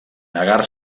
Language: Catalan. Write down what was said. negar